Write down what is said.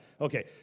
Okay